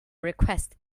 request